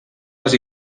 les